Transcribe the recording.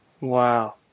Wow